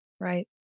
Right